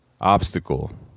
obstacle